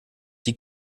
die